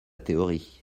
théorie